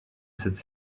cette